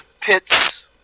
pits